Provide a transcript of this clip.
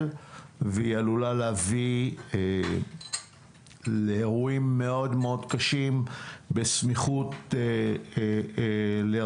והיא עלולה להביא לאירועים מאוד מאוד קשים בסמיכות לרמדאן,